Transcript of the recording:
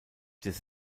des